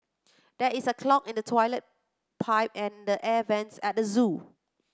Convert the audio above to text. there is a clog in the toilet pipe and air vents at the zoo